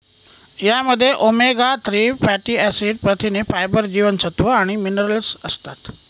यामध्ये omega three fatty acid, प्रथिने, फायबर, जीवनसत्व आणि मिनरल्स असतात